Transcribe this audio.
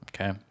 Okay